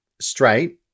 straight